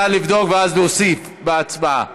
נא לבדוק ואז להוסיף להצבעה.